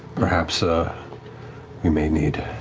perhaps ah we may need.